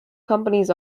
companies